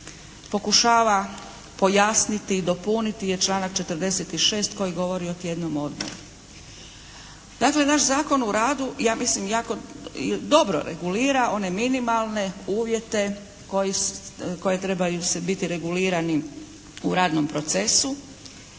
pokušava pojasniti i dopuniti je članak 46. koji govori o tjednom odmoru. Dakle naš Zakon o radu ja mislim jako dobro regulira one minimalne uvjete koji trebaju biti regulirani u radnom procesu